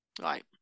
right